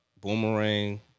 Boomerang